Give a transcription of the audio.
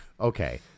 Okay